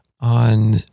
on